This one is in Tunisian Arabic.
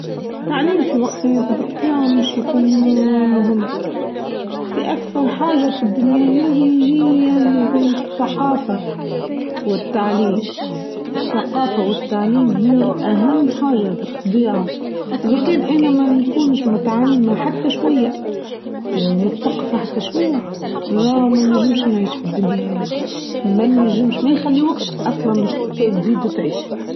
التعليم في وقت هاذي ظبت بيها بيش يكون مهم دي أكثر حاجه في الدنيا هاذي هى الثقافه و التعليم الثقافه و التعليم هى أهم حاجه بطباع إذا كان أنا ما نكونش متعلمه حتى شويه و متثقفه حتى شويه راغم ما نچمش نعيش في الدنيا هاذاي مانچمش ما نخليوكش أصلا دي تعيش.